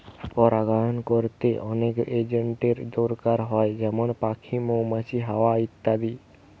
পরাগায়ন কোরতে অনেক এজেন্টের দোরকার হয় যেমন পাখি, মৌমাছি, হাওয়া ইত্যাদি